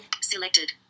Selected